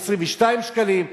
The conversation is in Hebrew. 22 שקלים,